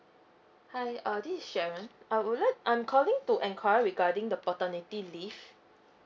hi uh this is sharon I would like I'm calling to enquiry regarding the paternity leave